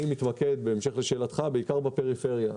אני מתמקד, בהמשך לשאלך, בעיקר בפריפריה.